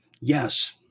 yes